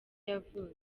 yavutse